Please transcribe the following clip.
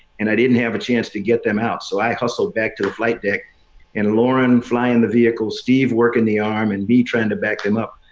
and i didn't have a chance to get them out. so i hustled back to the flight deck and lauren flying the vehicle, steve work in the arm and me trying to back them up.